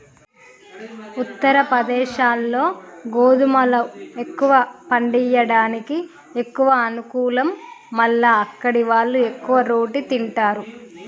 ఉత్తరప్రదేశ్లో గోధుమలు ఎక్కువ పండియడానికి ఎక్కువ అనుకూలం మల్ల అక్కడివాళ్లు ఎక్కువ రోటి తింటారు